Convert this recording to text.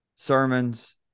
Sermons